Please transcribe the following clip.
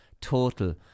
Total